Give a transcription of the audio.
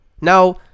Now